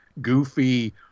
goofy